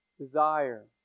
desire